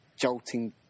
jolting